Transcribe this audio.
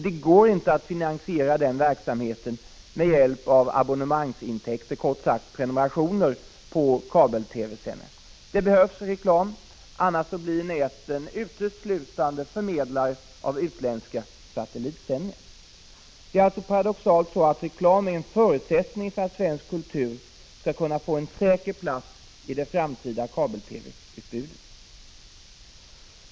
Det går inte att finansiera den verksamheten med hjälp av abonnemangsintäkter, kort sagt prenumerationer på kabel-TV-sändningar. Det behövs reklam, annars blir näten uteslutande förmedlare av utländska satellitsändningar. Det är alltså paradoxalt så, att reklam är en förutsättning för att svensk kultur skall kunna få en säker plats i det framtida kabel-TV-utbudet.